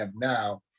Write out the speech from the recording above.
now